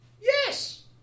yes